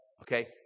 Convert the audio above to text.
okay